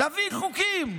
תביא חוקים.